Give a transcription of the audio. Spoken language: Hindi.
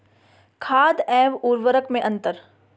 खाद एवं उर्वरक में अंतर?